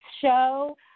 show